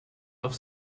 auf